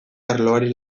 arloari